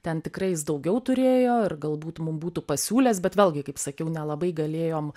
ten tikrai jis daugiau turėjo ir galbūt mum būtų pasiūlęs bet vėlgi kaip sakiau nelabai galėjom